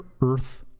earth